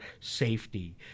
safety